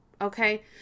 okay